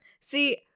See